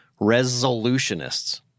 resolutionists